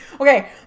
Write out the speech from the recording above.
Okay